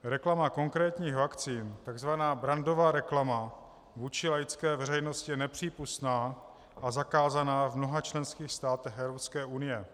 Reklama konkrétních vakcín, tzv. brandová reklama, je vůči laické veřejnosti nepřípustná a zakázaná v mnoha členských státech Evropské unie.